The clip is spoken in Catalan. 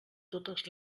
totes